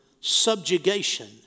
subjugation